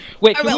Wait